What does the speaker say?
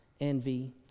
envy